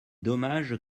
dommage